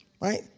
Right